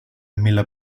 mille